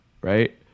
Right